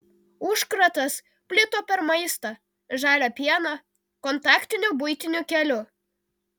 užkratas plito per maistą žalią pieną kontaktiniu buitiniu keliu